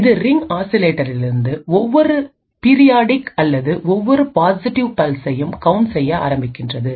இது ரிங் ஆசிலேட்டரிலிருந்து பெறப்படுகின்ற ஒவ்வொரு பீரியாடிக் அல்லது ஒவ்வொரு பாசிட்டிவ் பல்செய்யும் கவுண்ட் செய்ய ஆரம்பிக்கின்றது